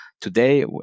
today